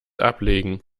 ablegen